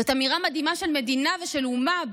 זאת אמירה מדהימה של מדינה ושל אומה,